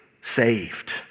saved